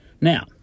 now